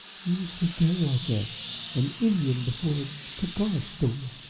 you sit there like a an indian before a cigar store.